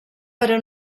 però